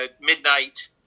midnight